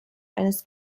eines